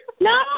no